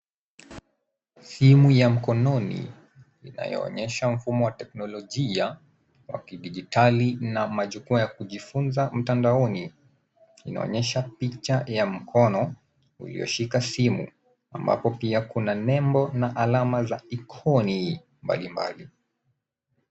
Simu ya mkononi inayoonyesha mfumo wa teknolojia wa kidigitali na majukwaa ya kujifunza mtandaoni. Inaonyesha picha ya mkono ulioshika simu ambapo pia kuna nembo na alama za ikoni mbalimbali.